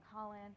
Colin